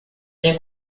bien